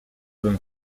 bym